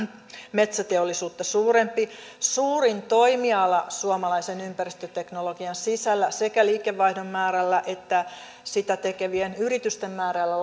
metsäteollisuutta suurempi suurin toimiala suomalaisen ympäristöteknologian sisällä sekä liikevaihdon määrällä että sitä tekevien yritysten määrällä